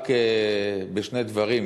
רק בשני דברים,